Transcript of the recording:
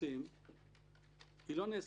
הכנסת לשעבר אורית סטרוק, בוקר טוב לאנשי